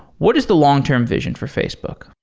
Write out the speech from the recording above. what is the long-term vision for facebook?